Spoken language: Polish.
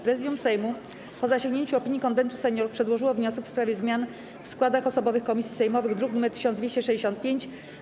Prezydium Sejmu, po zasięgnięciu opinii Konwentu Seniorów, przedłożyło wniosek w sprawie zmian w składach osobowych komisji sejmowych, druk nr 1265.